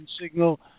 signal